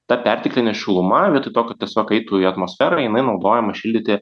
ta perteklinė šiluma vietoj to kad tiesiog eitų į atmosferą jinai naudojama šildyti